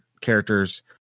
characters